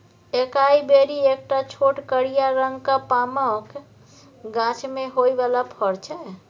एकाइ बेरी एकटा छोट करिया रंगक पामक गाछ मे होइ बला फर छै